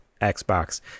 Xbox